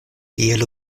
tiel